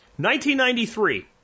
1993